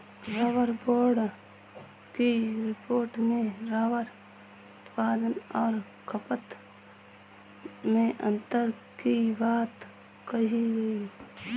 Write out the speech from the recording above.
rubber board की report में rubber उत्पादन और खपत में अन्तर की बात कही गई